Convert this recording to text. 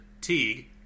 Teague